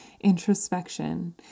introspection